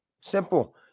Simple